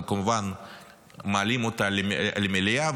אנחנו כמובן מעלים אותה למליאה,